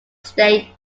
state